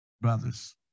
brothers